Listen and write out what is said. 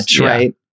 right